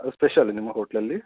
special ನಿಮ್ಮ ಹೋಟ್ಲಲ್ಲಿ